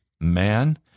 man